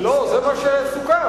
זה מה שסוכם,